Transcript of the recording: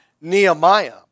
Nehemiah